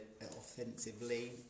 offensively